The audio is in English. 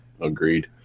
Agreed